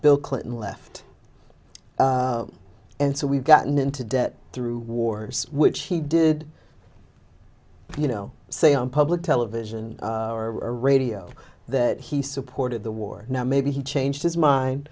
bill clinton left and so we've gotten into debt through wars which he did you know say on public television or radio that he supported the war now maybe he changed his mind